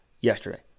yesterday